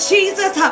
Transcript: Jesus